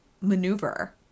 maneuver